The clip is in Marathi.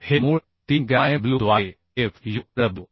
हे मूळ 3 गॅमाmw द्वारे fu Lw